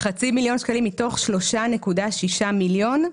0.5 מיליון שקלים מתוך 3.6 מיליון,